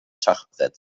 schachbretts